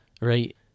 Right